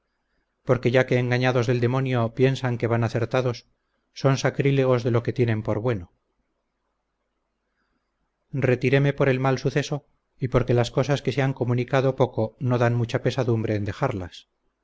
porque ya que engañados del demonio piensan que van acertados son sacrílegos de lo que tienen por bueno retiréme por el mal suceso y porque las cosas que se han comunicado poco no dan mucha pesadumbre en dejarlas